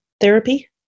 therapy